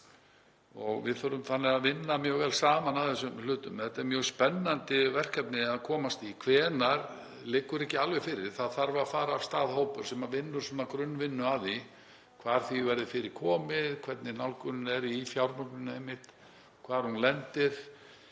og við þurfum þannig að vinna mjög vel saman að þessum hlutum. Þetta er mjög spennandi verkefni að komast í, hvenær það verður liggur ekki alveg fyrir. Það þarf að fara af stað hópur sem vinnur svona grunnvinnuna, hvar rýmunum verði fyrir komið, hvernig nálgunin er í fjármögnuninni einmitt, hvar hún lendir.